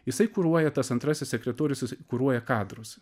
jisai kuruoja tas antrasis sekretorius jis kuruoja kadruose